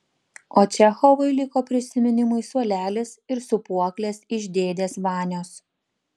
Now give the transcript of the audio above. o čechovui liko prisiminimui suolelis ir sūpuoklės iš dėdės vanios